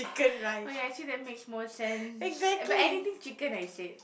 oh ya actually that makes more sense but anything chicken I said